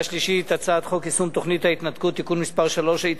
השלישית את הצעת חוק יישום תוכנית ההתנתקות (תיקון מס' 3),